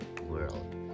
world